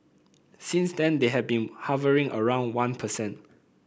since then they have been hovering around one percent